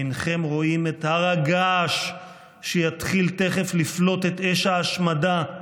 אינכם רואים את הר הגעש שיתחיל תכף לפלוט את אש ההשמדה.